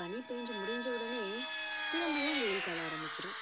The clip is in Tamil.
பனி பேஞ்சு முடிஞ்ச உடனே திரும்பவும் வெயில் காலம் ஆரம்பிச்சிடும்